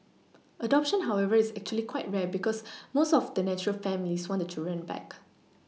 adoption however is actually quite rare because most of the natural families want the children back